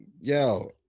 Yo